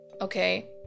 okay